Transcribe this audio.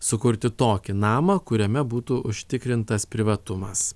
sukurti tokį namą kuriame būtų užtikrintas privatumas